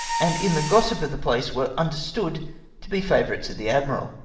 and in the gossip of the place were understood to be favourites of the admiral.